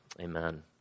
Amen